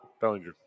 Bellinger